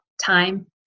time